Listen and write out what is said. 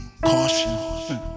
caution